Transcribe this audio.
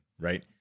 right